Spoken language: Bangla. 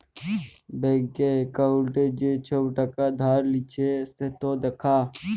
ব্যাংকে একাউল্টে যে ছব টাকা ধার লিঁয়েছে সেট দ্যাখা